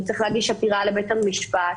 הוא צריך להגיש עתירה לבית המשפט.